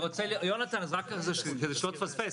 יונתן, רק כדי שלא תפספס.